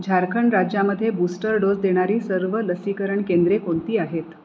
झारखंड राज्यामध्ये booster dose देणारी सर्व लसीकरण केंद्रे कोणती आहेत